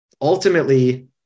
ultimately